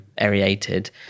aerated